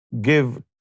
give